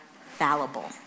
fallible